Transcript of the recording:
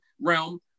realm